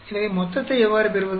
எனவே மொத்தத்தை எவ்வாறு பெறுவது